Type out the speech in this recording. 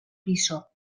piso